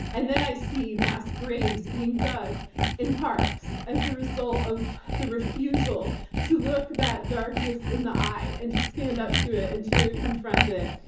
and then i see mass graves being dug in parks as a result of the refusal to look that darkness in the eye and to stand up to it and to confront it.